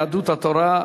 יהדות התורה,